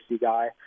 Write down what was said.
guy